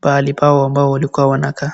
pahali pao ambao walikua wanakaa.